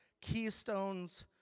keystones